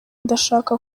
ndashaka